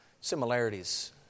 similarities